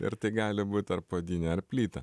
ir tai gali būt ar puodynė ar plyta